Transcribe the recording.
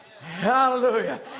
Hallelujah